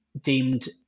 deemed